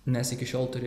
nes iki šiol turi